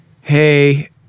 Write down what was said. hey